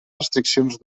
restriccions